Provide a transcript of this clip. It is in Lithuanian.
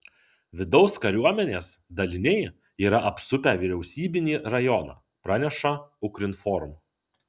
vidaus kariuomenės daliniai yra apsupę vyriausybinį rajoną praneša ukrinform